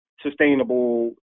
sustainable